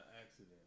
accident